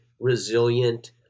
resilient